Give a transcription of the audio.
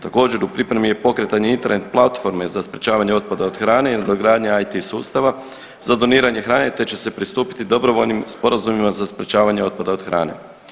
Također u pripremi je i pokretanje Internet platforme za sprečavanje otpada od hrane i nadogradnja IT sustava za doniranje hrane te će se pristupiti dobrovoljnim sporazumima za sprečavanje otpada od hrane.